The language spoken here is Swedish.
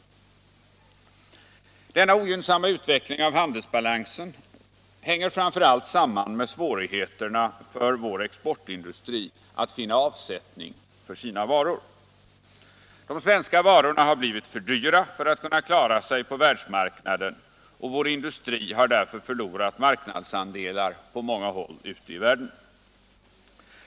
Denna ogynnsamma utveckling av handelsbalansen hänger framför allt samman med svårigheten för vår exportindustri att finna avsättning för sina varor. De svenska varorna har blivit för dyra för att kunna klara sig på världsmarknaden, och vår industri har därigenom förlorat marknadsandelar på många håll ute i världen.